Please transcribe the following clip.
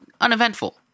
uneventful